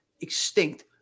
extinct